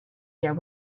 are